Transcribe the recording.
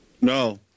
No